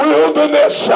wilderness